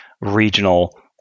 regional